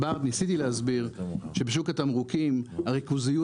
ניסיתי להסביר שבשוק התמרוקים הריכוזיות